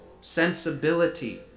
sensibility